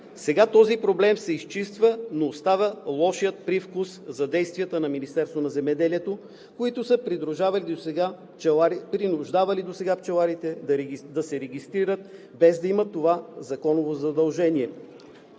Сега този проблем се изчиства, но остава лошият привкус за действията на Министерството на земеделието, които са принуждавали досега пчеларите да се регистрират, без да имат това законово задължение